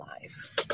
life